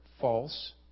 false